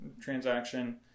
transaction